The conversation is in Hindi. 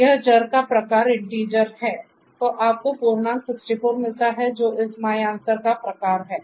तो आपको पूर्णांक 64 मिलता है जो इस my answer का प्रकार है